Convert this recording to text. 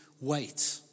wait